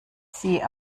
sie